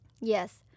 Yes